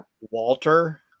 Walter